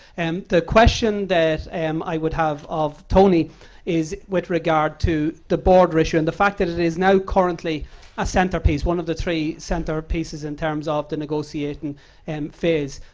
and the question that i would have of tony is with regard to the border issue. and the fact that it is now currently a centerpiece, one of the three centerpieces in terms of the negotiation and phase.